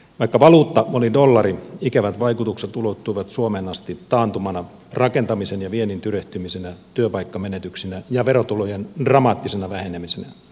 vaikka valuutta oli dollari ikävät vaikutukset ulottuivat suomeen asti taantumana rakentamisen ja viennin tyrehtymisenä työpaikkamenetyksinä ja verotulojen dramaattisena vähenemisenä